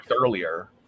earlier